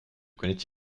connaît